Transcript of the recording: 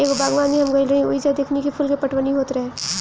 एगो बागवान में हम गइल रही ओइजा देखनी की फूल के पटवनी होत रहे